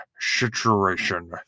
situation